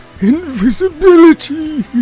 invisibility